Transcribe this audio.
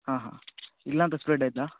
ఇల్లంతా స్ప్రెడ్ అయిద్దా